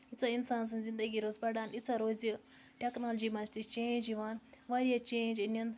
ییٖژاہ اِنسان سٕنٛز زِندگی روزِ پَڑان ییٖژاہ روزِ ٹٮ۪کنالجی منٛز تہِ چینٛج یِوان واریاہ چینٛج أنِن